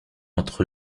entre